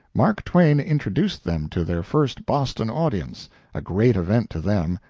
mark twain introduced them to their first boston audience a great event to them,